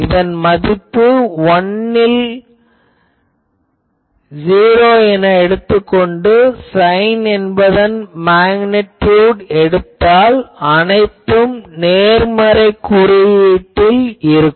இதன் மதிப்பு '1' ல் '0' என எடுத்துக் கொண்டு சைன் என்பதன் மேக்னிடியுட் எடுத்தால் அனைத்தும் நேர்மறை குறியில் மட்டும் இருக்கும்